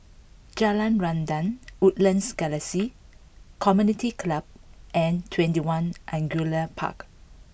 Jalan Rendang Woodlands Galaxy Community Club and Twenty One Angullia Park